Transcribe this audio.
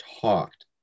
talked